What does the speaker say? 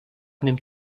nimmt